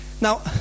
now